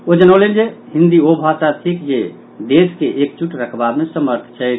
ओ जनौलनि जे हिन्दी ओ भाषा थिक जे देश के एकजुट रखबा मे समर्थ छथि